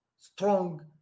strong